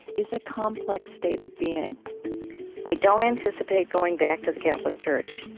is a complex state of being i don't anticipate going back to the catholic church,